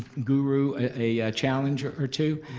guru a challenge or or two.